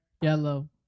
yellow